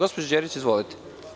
Gospođo Đerić, izvolite.